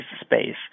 space